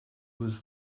was